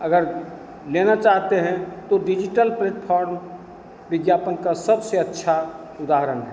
अगर लेना चाहते हैं तो डिजिटल प्लेटफॉर्म विज्ञापन का सबसे अच्छा उदाहरण है